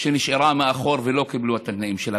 שנשארה מאחור ולא קיבלה את התנאים שלה.